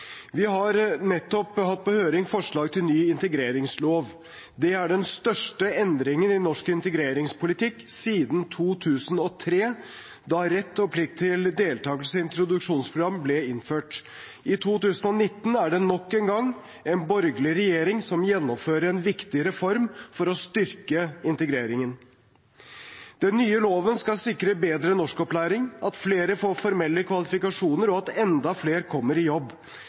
Vi har nettopp hatt på høring forslag til ny integreringslov. Det er den største endringen i norsk integreringspolitikk siden 2003, da rett og plikt til deltakelse i introduksjonsprogram ble innført. I 2019 er det nok en gang en borgerlig regjering som gjennomfører en viktig reform for å styrke integreringen. Den nye loven skal sikre bedre norskopplæring, at flere får formelle kvalifikasjoner, og at enda flere kommer i jobb.